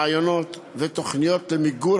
רעיונות ותוכניות למיגור